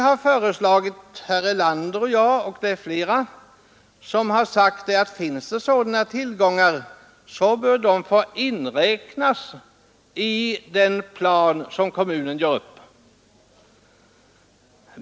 Herr Nelander och jag m.fl. har föreslagit att sådana tillgångar, om de finns, bör få inräknas i den plan som kommunen gör upp.